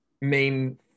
main